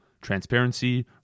transparency